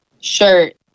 shirt